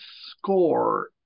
score